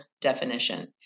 definition